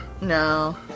No